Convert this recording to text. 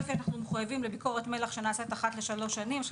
אנחנו מחויבים לביקורת מל"ח שנעשית אחת לשלוש שנים.